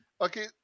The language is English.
okay